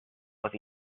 with